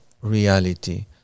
reality